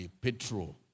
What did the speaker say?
petrol